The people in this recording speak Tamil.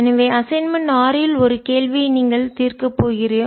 எனவே அசைன்மென்ட் ஆறில் ஒரு கேள்வியை நாங்கள் தீர்க்கப் போகிறோம்